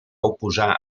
oposar